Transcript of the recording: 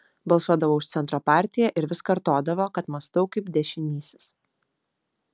balsuodavo už centro partiją ir vis kartodavo kad mąstau kaip dešinysis